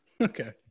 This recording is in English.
Okay